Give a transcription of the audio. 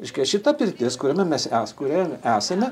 reiškia šita pirtis kuriame mes es kurioje esame